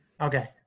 Okay